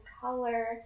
color